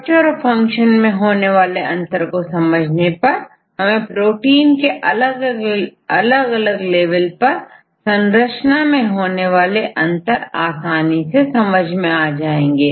DNA बाइंडिंगजैसे cancer मैं molecular mechanism समझने की कोशिश करते हैं या स्ट्रक्चर और फंक्शन में होने वाले अंतर को समझने पर हमें प्रोटीन के अलग अलग लेवल पर संरचना में होने वाले अंतर आसानी से समझ आ सकते हैं